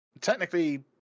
technically